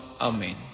Amen